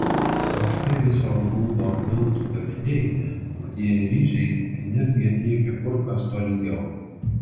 o štai viso grūdo miltų gaminiai rudieji ryžiai energiją tiekia kur kas tolygiau